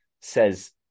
says